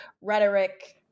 rhetoric